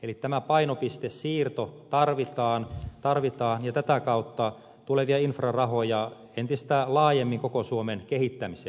eli tämä painopistesiirto tarvitaan ja tätä kautta tulevia infrarahoja entistä laajemmin koko suomen kehittämiseen